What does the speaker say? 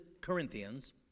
Corinthians